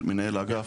מנהל האגף.